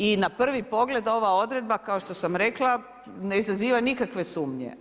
I na prvi pogled ova odredba kao što sam rekla ne izaziva nikakve sumnje.